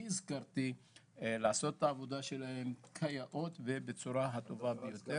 הזכרתי לעשות את העבודה שלהם כיאות ובצורה הטובה ביותר.